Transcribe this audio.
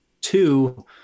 Two